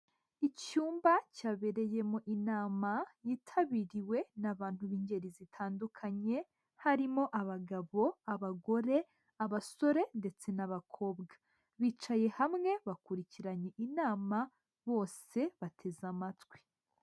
Icyumba cyabereyemo inama yitabiriwe n'abantu b'ingeri zitandukanye, harimo abagabo, abagore, abasore ndetse n'abakobwa, bicaye hamwe bakurikiranye inama, bose bateze amatwi.